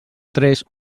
tres